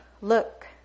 look